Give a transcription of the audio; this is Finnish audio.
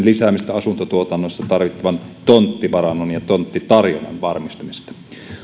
lisäämistä asuntotuotannossa tarvittavan tonttivarannon ja tonttitarjonnan varmistamiseksi